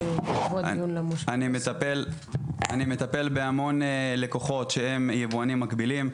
אני מטפל בהמון לקוחות שהם יבואנים מקבילים.